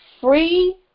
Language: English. free